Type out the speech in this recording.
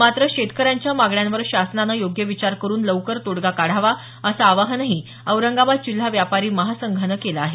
मात्र शेतकऱ्यांच्या मागण्यांवर शासनानं योग्य विचार करून लवकर तोडगा काढावा असं आवाहनही औरंगाबाद जिल्हा व्यापारी महासंघानं केलं आहे